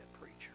preacher